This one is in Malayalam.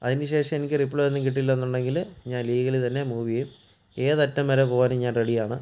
അതിനു ശേഷം എനിക്ക് റിപ്ലേ ഒന്നും കിട്ടിയില്ലാന്നുണ്ടെങ്കിൽ ഞാൻ ലീഗലി തന്നെ മൂവ് ചെയ്യും ഏത് അറ്റം വരെ പോകാനും ഞാൻ റെഡിയാണ്